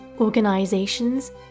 organizations